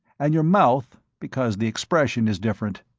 and your mouth, because the expression is different.